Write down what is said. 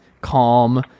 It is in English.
calm